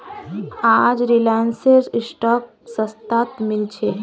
आज रिलायंसेर स्टॉक सस्तात मिल छ